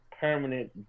permanent